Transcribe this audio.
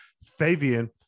Fabian